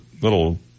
little